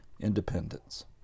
independence